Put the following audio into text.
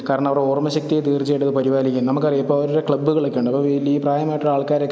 കാരണവരുടെ ഓർമ്മശക്തിയെ തീർച്ചയായിട്ടും അത് പരിപാലിക്കും നമുക്ക് അറിയാം ഇപ്പോൾ ഓരോ ക്ലബ്ബുകൾ ഒക്കെ ഉണ്ട് ഈ പ്രായമായിട്ടുള്ള ആൾക്കാരൊക്കെ